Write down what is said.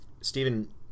Stephen